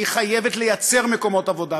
והיא חייבת לייצר מקומות עבודה,